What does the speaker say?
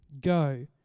go